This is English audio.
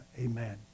Amen